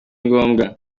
ngombwa